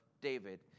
David